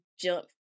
jump